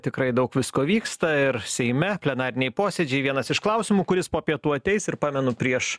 tikrai daug visko vyksta ir seime plenariniai posėdžiai vienas iš klausimų kuris po pietų ateis ir pamenu prieš